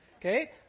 okay